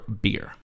beer